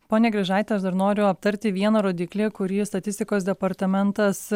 pone grižaite aš dar noriu aptarti vieną rodiklį kurį statistikos departamentas